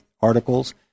articles